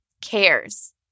cares